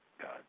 God